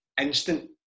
instant